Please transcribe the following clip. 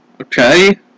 okay